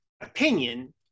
opinion